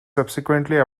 subsequently